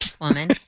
Woman